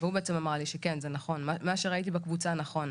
והוא בעצם אמר לי שמה שראיתי בקבוצה הוא נכון.